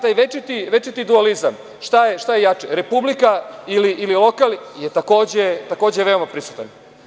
Taj večiti dualizam – šta je jače, republika ili lokal, takođe je veoma prisutan.